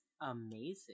amazing